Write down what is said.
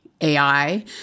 AI